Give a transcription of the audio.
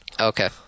Okay